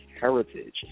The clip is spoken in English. heritage